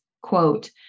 quote